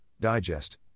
digest